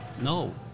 No